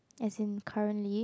as in currently